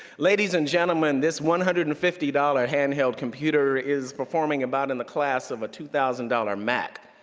ladies and gentlemen, this one hundred and fifty dollars hand-held computer is performing about in the class of a two thousand dollars mac.